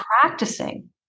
practicing